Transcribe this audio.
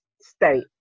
state